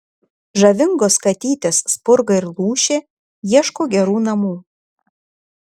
žavingos katytės spurga ir lūšė ieško gerų namų